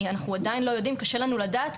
קשה לנו לדעת,